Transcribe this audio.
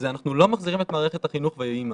זה: אנחנו לא מחזירים את מערכת החינוך ויהי מה.